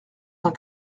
cent